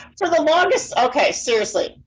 so the longest ok seriously,